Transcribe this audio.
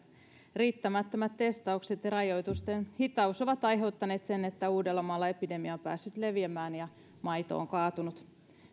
riittämättömät testaukset ja rajoitusten hitaus ovat aiheuttaneet sen että uudellamaalla epidemia on päässyt leviämään ja maito on kaatunut